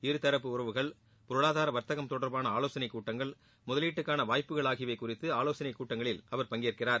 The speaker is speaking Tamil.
இருதரப்பு உறவுகள் பொருளாதார வாத்தகம் தொடா்பான ஆலோசனைக் கூட்டங்கள் முதலீட்டுக்கான வாய்ப்புகள் ஆகியவை குறித்து ஆலோசனைக் கூட்டங்களில் அவர் பங்கேற்கிறார்